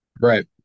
Right